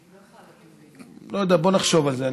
אני לא יודע, בואי נחשוב על זה.